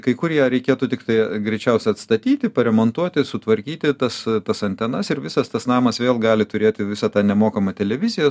kai kur ją reikėtų tiktai greičiausia atstatyti paremontuoti sutvarkyti tas tas antenas ir visas tas namas vėl gali turėti visą tą nemokamą televiziją